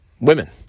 women